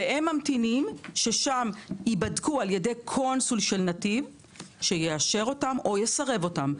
והם ממתינים ששם הם ייבדקו על ידי קונסול של נתיב שיאשר או יסרב אותם.